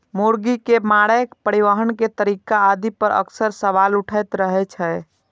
मुर्गी के मारै, परिवहन के तरीका आदि पर अक्सर सवाल उठैत रहै छै